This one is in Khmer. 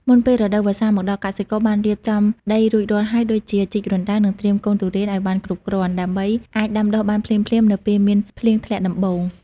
មុនពេលរដូវវស្សាមកដល់ កសិករបានរៀបចំដីរួចរាល់ហើយដូចជា ជីករណ្តៅ និងត្រៀមកូនទុរេនឱ្យបានគ្រប់គ្រាន់ ដើម្បីអាចដាំដុះបានភ្លាមៗនៅពេលមានភ្លៀងធ្លាក់ដំបូង។